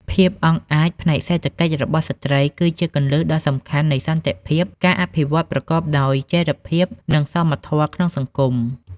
ភាពអង់អាចផ្នែកសេដ្ឋកិច្ចរបស់ស្ត្រីគឺជាគន្លឹះដ៏សំខាន់នៃសន្តិភាព ការអភិវឌ្ឍប្រកបដោយចីរភាព និងសមធម៌ក្នុងសង្គម។